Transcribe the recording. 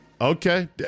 Okay